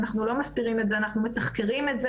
אנחנו לא מסתירים את זה ואנחנו מתחקרים את זה,